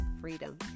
freedom